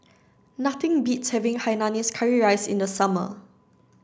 nothing beats having Hainanese curry rice in the summer